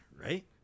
right